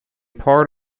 part